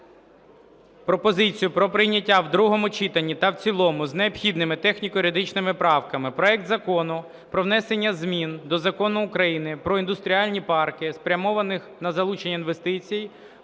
пропозицію про прийняття в другому читанні та в цілому, з необхідними техніко-юридичними правками, проект Закону про внесення змін до Закону України "Про індустріальні парки", спрямованих на залучення інвестицій